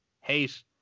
hate